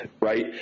Right